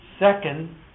Second